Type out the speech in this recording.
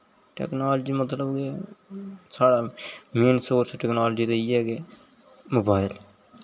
technology मतलब की साढ़ा जियां मेन रिसोर्स टेक्नोलाजी दा इ'यै कि मोबाइल